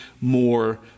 more